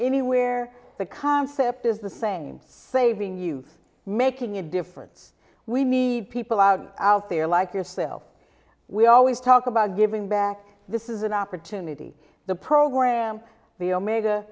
anywhere the concept is the same saving you making a difference we need people out out there like yourself we always talk about giving back this is an opportunity the program the omega